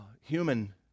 human